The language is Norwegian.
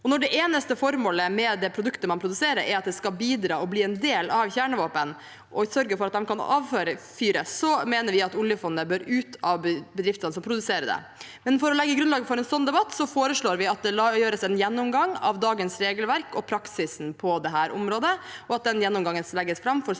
Når det eneste formålet med det produktet man produserer, er at det skal bidra til og bli en del av kjernevåpen og sørge for at de kan avfyres, mener vi at oljefondet bør ut av bedriftene som produserer det. For å legge grunnlaget for en sånn debatt foreslår vi at det foretas en gjennomgang av dagens regelverk og praksisen på dette området, og at den gjennomgangen legges fram for